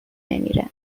نمیره